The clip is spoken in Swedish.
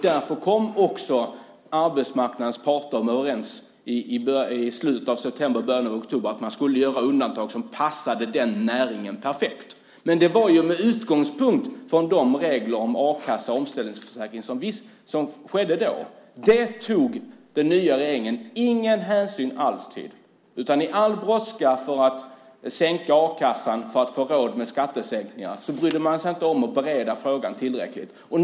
Därför kom också arbetsmarknadens parter i slutet av september och början av oktober överens om att man skulle göra undantag som passade den näringen perfekt. Men det var med utgångspunkt från de regler om a-kassa och omställningsförsäkring som sattes upp då. Detta tog den nya regeringen ingen hänsyn alls till. I brådskan att sänka a-kassan för att få råd med skattesänkningar brydde man sig inte om att bereda frågan tillräckligt.